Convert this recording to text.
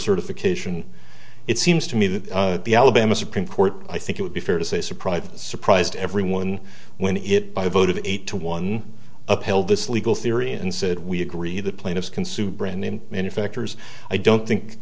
certification it seems to me that the alabama supreme court i think it would be fair to say surprised surprised everyone when it by a vote of eight to one upheld this legal theory and said we agree the plaintiffs consumer brand name manufacturers i don't think